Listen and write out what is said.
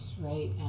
right